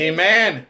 Amen